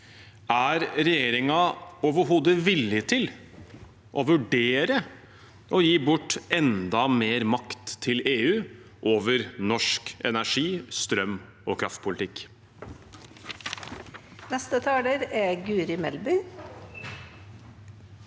Er regjeringen overhodet villig til å vurdere å gi bort enda mer makt til EU over norsk energi-, strøm- og kraftpolitikk?